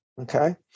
okay